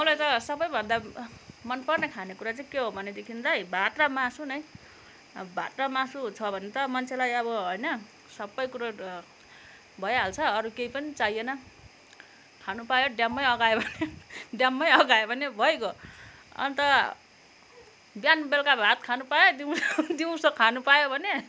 मलाई त सबैभन्दा मनपर्ने खानेकुरा चाहिँ के हो भनेदेखिलाई भात र मासु नै अब भात र मासु छ भने त मान्छेलाई अब होइन सबै कुरो भइहाल्छ अरू केही पनि चाहिएन खानु पायो ड्याम्मै अघायो भने ड्याम्मै अघायो भने भइगयो अन्त बिहान बेलुका भात खानु पायो दिउँसो दिउँसो खानु पायो भने